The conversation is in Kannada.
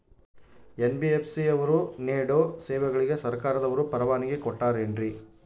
ಎನ್.ಬಿ.ಎಫ್.ಸಿ ಅವರು ನೇಡೋ ಸೇವೆಗಳಿಗೆ ಸರ್ಕಾರದವರು ಪರವಾನಗಿ ಕೊಟ್ಟಾರೇನ್ರಿ?